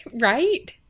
Right